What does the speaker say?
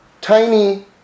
tiny